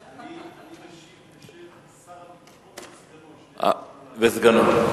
אני משיב בשם שר הביטחון וסגנו.